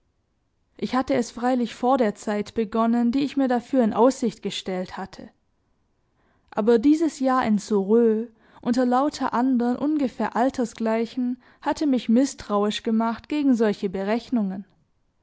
ich hatte es freilich vor der zeit begonnen die ich mir dafür in aussicht gestellt hatte aber dieses jahr in sorö unter lauter andern ungefähr altersgleichen hatte mich mißtrauisch gemacht gegen solche berechnungen